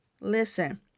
Listen